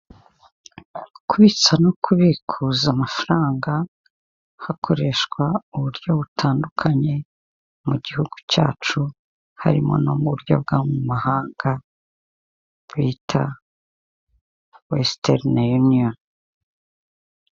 Kubitsa no kubikuza amafaranga hakoreshwa uburyo butandukanye mu gihugu cyacu harimo no mu buryo bw'amahanga bita wesitani yuniyoni.